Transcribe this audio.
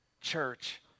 church